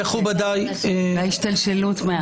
הייתה השתלשלות מאז.